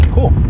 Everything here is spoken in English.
Cool